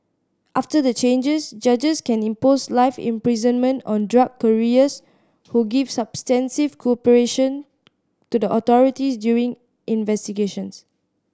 after the changes judges can impose life imprisonment on drug couriers who give substantive cooperation to the authorities during investigations